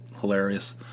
Hilarious